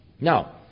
Now